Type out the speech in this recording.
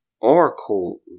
Oracle